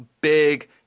big